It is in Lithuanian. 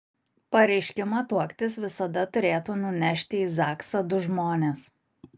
pareiškimą tuoktis visada turėtų nunešti į zaksą du žmonės